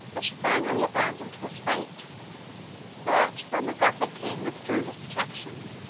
was finally abandoned to his fate but when the gothic king withdrew his protection,